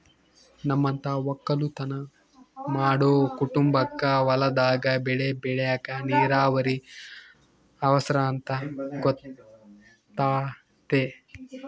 ನಮ್ಮಂತ ವಕ್ಕಲುತನ ಮಾಡೊ ಕುಟುಂಬಕ್ಕ ಹೊಲದಾಗ ಬೆಳೆ ಬೆಳೆಕ ನೀರಾವರಿ ಅವರ್ಸ ಅಂತ ಗೊತತೆ